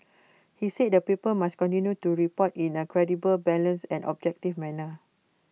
he said the paper must continue to report in A credible balanced and objective manner